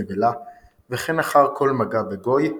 נבלה וכן אחר כל מגע בגוי,